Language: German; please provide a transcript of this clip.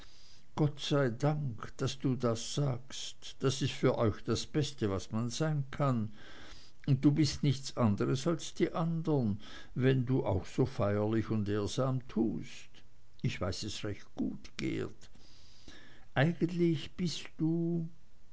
gott sei dank daß du das sagst das ist für euch das beste was man sein kann und du bist nichts anderes als die anderen wenn du auch so feierlich und ehrsam tust ich weiß es recht gut geert eigentlich bist du